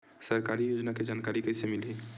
सरकारी योजना के जानकारी कइसे मिलही?